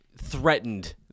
threatened